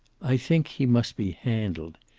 i think he must be handled.